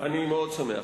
אני מאוד שמח.